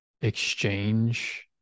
exchange